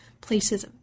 places